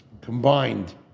combined